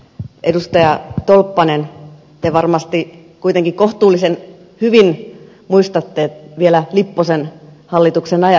edustaja tolppanen te varmasti kuitenkin kohtuullisen hyvin muistatte vielä lipposen hallituksen ajan